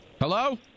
Hello